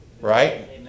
right